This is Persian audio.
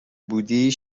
بودی